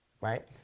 Right